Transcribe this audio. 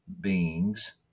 beings